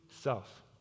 self